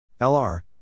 LR